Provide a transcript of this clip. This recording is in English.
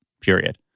period